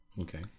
Okay